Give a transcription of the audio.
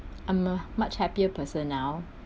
I'm a much happier person now